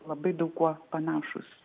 labai daug kuo panašūs